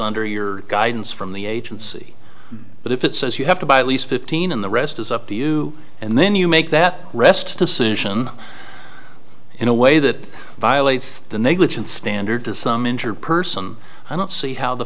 under your guidance from the agency but if it says you have to buy at least fifteen and the rest is up to you and then you make that rest decision in a way that violates the negligent standard to some injured person i don't see how the